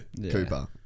Cooper